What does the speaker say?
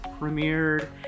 premiered